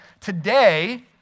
Today